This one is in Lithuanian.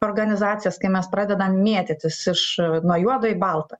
organizacijas kai mes pradedam mėtytis iš nuo juodo į baltą